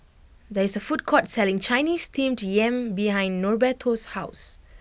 there is a food court selling Chinese Steamed Yam behind Norberto's house